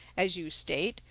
as you state,